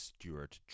Stewart